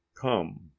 come